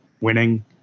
winning